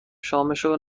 شامشو